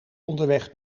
onderweg